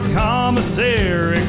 commissary